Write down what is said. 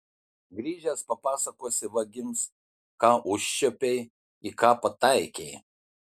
grįžęs papasakosi vagims ką užčiuopei į ką pataikei